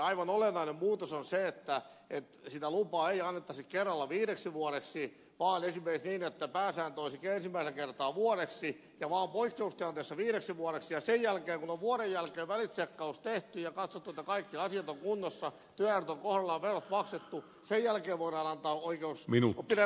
aivan olennainen muutos on se että sitä lupaa ei annettaisi kerralla viideksi vuodeksi vaan esimerkiksi niin että pääsääntö olisi ensimmäisellä kerralla vuodeksi ja vaan poikkeustilanteessa viideksi vuodeksi ja kun on vuoden jälkeen väli tsekkaus tehty ja katsottu että kaikki asiat ovat kunnossa työajat ovat kohdallaan verot maksettu voidaan antaa oikeus pidempään sosiaaliturvaan